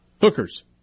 Hookers